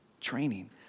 training